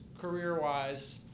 career-wise